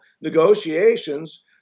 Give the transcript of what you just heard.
negotiations